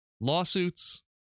lawsuits